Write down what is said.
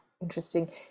Interesting